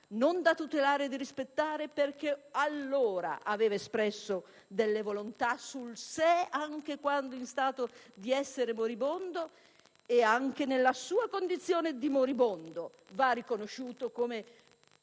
non da tutelare e da rispettare, perché allora avere espresso delle volontà sul sé, anche quando in stato di essere moribondo e pure nella condizione di moribondo, va riconosciuto come